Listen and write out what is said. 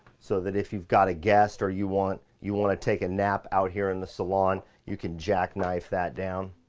so that if you've got a guest or you want, you want to take a nap out here in the salon, you can jack-knife that down.